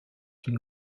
une